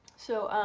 so